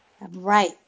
right